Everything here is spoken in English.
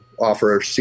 offer